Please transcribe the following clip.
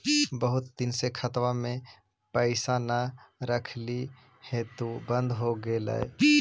बहुत दिन से खतबा में पैसा न रखली हेतू बन्द हो गेलैय?